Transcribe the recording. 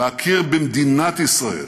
להכיר במדינת ישראל